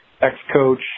Ex-coach